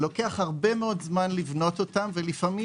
לוקח הרבה מאוד זמן לבנות אותם ולפעמים